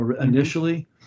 initially